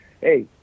Hey